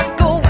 go